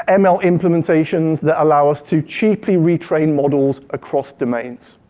and ml implementations that allow us to cheaply retrain models across domains.